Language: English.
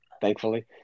Thankfully